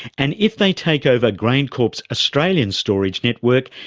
and if they take over graincorp's australian storage network,